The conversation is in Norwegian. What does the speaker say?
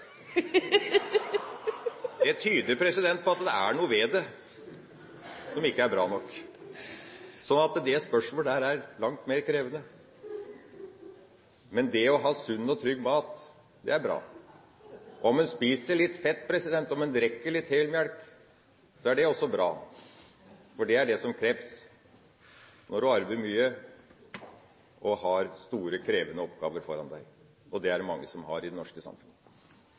Jeg kan bare stille spørsmål ved frukt og grønt. Det er så mangt. Det er ikke all frukt og grønt som er like sunt. Det er frukt og grønt som ikke engang rådyrene vil spise. Det tyder på at det er noe ved det som ikke er bra nok. Dette spørsmålene er langt mer krevende, men det å ha sunn og trygg mat er bra. Om en spiser litt fett, om en drikker litt helmelk, er også det bra, for det er det som kreves når du arbeider mye og